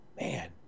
Man